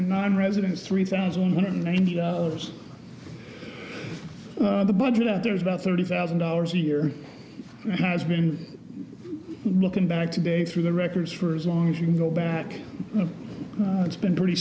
nonresidents three thousand one hundred ninety years the budget out there is about thirty thousand dollars a year and has been looking back today through the records for as long as you can go back and it's been pretty